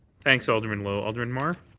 thanks, alderman lowe. alderman mar